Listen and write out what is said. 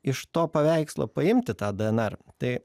iš to paveikslo paimti tą dnr tai